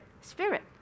Spirit